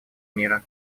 мира